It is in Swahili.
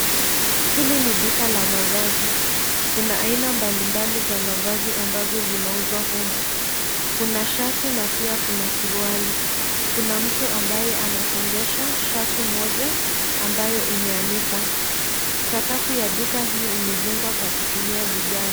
Hili ni duka la mavazi. Kuna aina mbalimbali za mavazi ambazo zinauzwa humu. Kuna shati na pia kuna suruali. Kuna mtu ambaye anasongesha shati moja ambayo imeanikwa. Sakafu ya duka hii imejengwa kwa kutumia vigae.